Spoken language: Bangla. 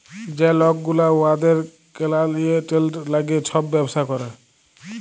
যে লক গুলা উয়াদের কালাইয়েল্টের ল্যাইগে ছব ব্যবসা ক্যরে